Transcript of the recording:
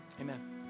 Amen